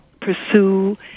pursue